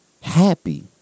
happy